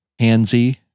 handsy